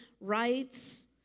rights